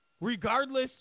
regardless